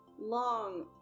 long